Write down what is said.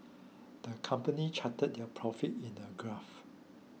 the company charted their profit in a graph